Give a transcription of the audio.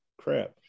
crap